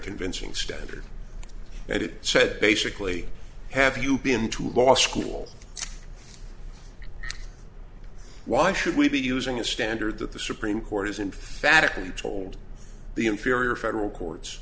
convincing standard and it said basically have you been to law school why should we be using a standard that the supreme court has and fattened told the inferior federal courts